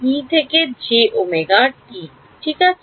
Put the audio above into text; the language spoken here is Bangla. e থেকে j ওমেগা t ঠিক আছে